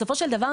בסופו של דבר,